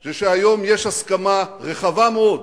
זה שהיום יש הסכמה רחבה מאוד